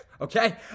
okay